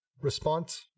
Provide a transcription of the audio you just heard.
response